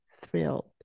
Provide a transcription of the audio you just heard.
thrilled